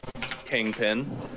Kingpin